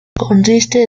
consiste